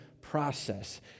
process